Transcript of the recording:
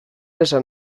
esan